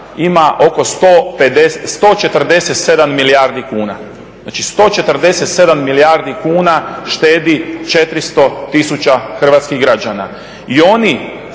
ima oko 147 milijardi kuna, znači 147 milijardi kuna štedi 400 tisuća hrvatskih građana. I oni